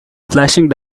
flashing